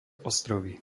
ostrovy